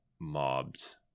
mobs